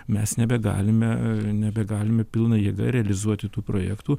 mes nebegalime nebegalime pilna jėga realizuoti tų projektų